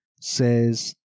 says